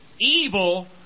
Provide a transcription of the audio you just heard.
Evil